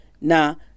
now